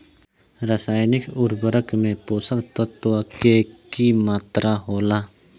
रसायनिक उर्वरक में पोषक तत्व के की मात्रा होला?